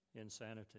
Insanity